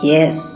Yes